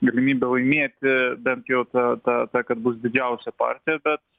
galimybę laimėti bent jau ta ta kad bus didžiausia partija bet